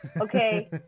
Okay